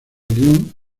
lyon